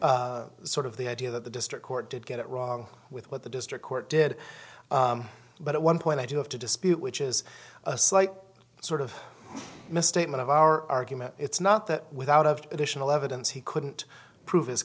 on sort of the idea that the district court did get it wrong with what the district court did but at one point i do have to dispute which is a slight sort of misstatement of our argument it's not that without of additional evidence he couldn't prove his